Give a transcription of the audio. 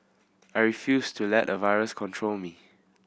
I refused to let a virus control me